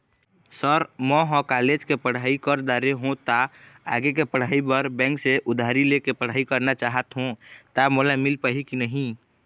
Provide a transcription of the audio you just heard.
Sir म ह college के पढ़ाई कर दारें हों ता आगे के पढ़ाई बर बैंक ले उधारी ले के पढ़ाई करना चाहत हों ता मोला मील पाही की नहीं?